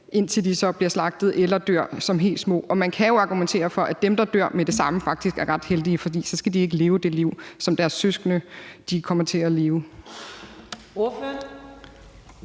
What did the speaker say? indtil de så bliver slagtet eller dør som helt små. Og man kan jo argumentere for, at dem, der dør med det samme, faktisk er ret heldige, for så skal de ikke det liv, som deres søskende kommer til at leve. Kl.